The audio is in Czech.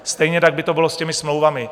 Stejně tak by to bylo s těmi smlouvami.